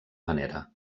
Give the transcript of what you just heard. manera